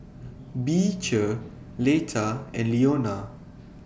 Beecher Leta and Leona